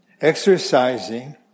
exercising